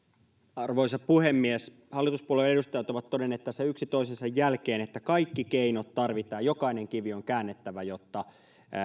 arvoisa puhemies hallituspuolueiden edustajat ovat todenneet tässä yksi toisensa jälkeen että kaikki keinot tarvitaan jokainen kivi on käännettävä jotta